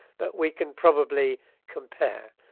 but we can probably compare.